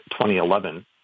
2011